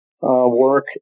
work